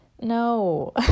no